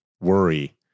worry